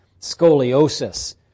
Scoliosis